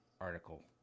article